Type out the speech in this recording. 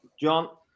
John